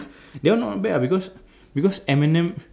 that one not bad ah because because Eminem